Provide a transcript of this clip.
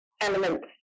elements